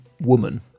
woman